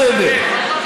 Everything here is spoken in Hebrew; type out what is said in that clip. זה בסדר.